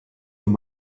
wenn